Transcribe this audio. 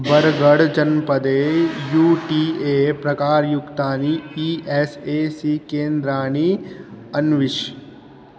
बर्गढ् जनपदे U T A प्रकारयुक्तानि E S A C केन्द्राणि अन्विष